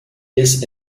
this